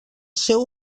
seu